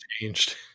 changed